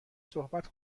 صحبت